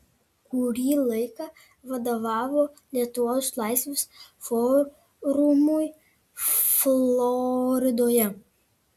kurį laiką vadovavo lietuvos laisvės forumui floridoje